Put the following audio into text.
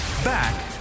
Back